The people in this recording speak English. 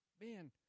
man